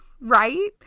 right